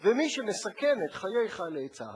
ומי שמסכן את חיי חיילי צה"ל,